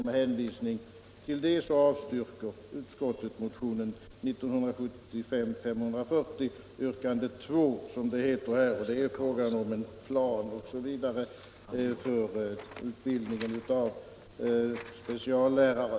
Med hänvisning till detta avstyrker utskottet motionen 540, yrkandet 2, som det heter — det gäller en plan för utbildningen av speciallärare.